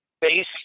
base